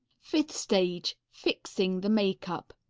fifth stage. fixing the makeup.